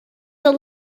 the